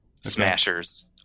smashers